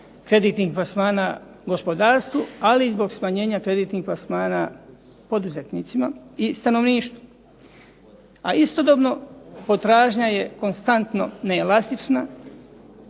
kreditnih plasmana gospodarstvu, ali i zbog smanjenja kreditnih plasmana poduzetnicima i stanovništvu. A istodobno potražnja je konstantno neelastična